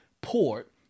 port